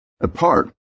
apart